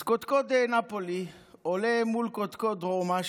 אז קודקוד נאפולי עולה מול קודקוד רומא,